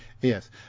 yes